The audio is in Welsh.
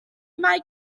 mae